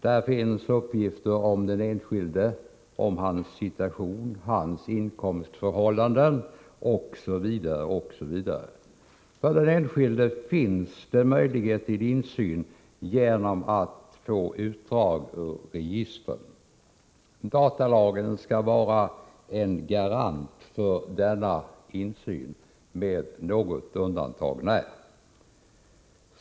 Där finns uppgifter om den enskilde, om hans inkomstförhållanden osv. För den enskilde finns det möjlighet till insyn genom att få utdrag ur registren. Datalagen skall vara en garant för denna insyn, med något undantag när.